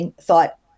thought